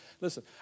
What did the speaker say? Listen